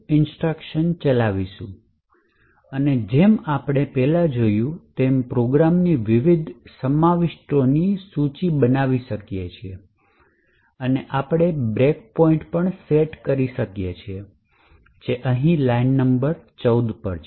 skipinstruction ચલાવીશું અને જેમ આપણે પહેલાં આપણે જોયું તેમ પ્રોગ્રામની વિવિધ સમાવિષ્ટોની સૂચિ બનાવી શકીએ અને આપણે બ્રેક પોઈન્ટ પણ સેટ કરી શકીએ કે જે આહિ લાઈન નંબર 14 પર છે